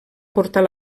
portar